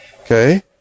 Okay